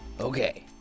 okay